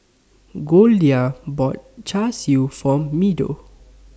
Goldia bought Char Siu For Meadow